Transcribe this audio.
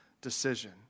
decision